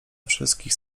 wszystkich